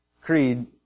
Creed